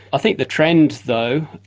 i think the trend, though,